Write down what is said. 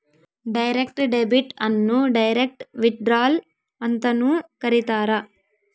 direct debit ಅನ್ನು direct withdrawal ಅಂತನೂ ಕರೀತಾರ